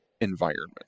environment